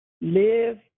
Live